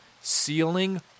Ceiling